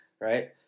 Right